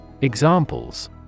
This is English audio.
Examples